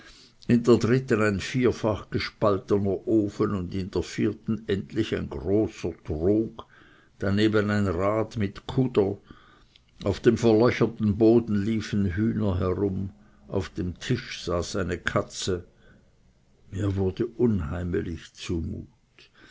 in der dritten ein vierfach gespaltener ofen und in der vierten endlich ein grober trog daneben ein rad mit kuder auf dem verlöcherten boden liefen hühner herum und auf dem tisch saß eine katze mir wurde unheimelig